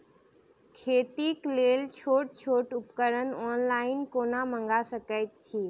खेतीक लेल छोट छोट उपकरण ऑनलाइन कोना मंगा सकैत छी?